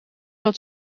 dat